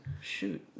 Shoot